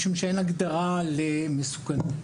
משום שאין הגדרה למסוכנות.